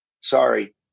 Sorry